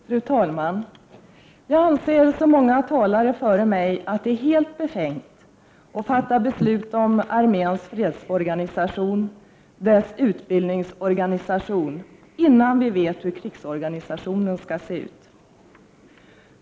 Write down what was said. Fru talman! Jag anser liksom många talare före mig att det är helt befängt att fatta beslut om arméns fredsorganisation och dess utbildningsorganisation innan vi vet hur krigsorganisationen skall se ut.